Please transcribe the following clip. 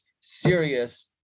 serious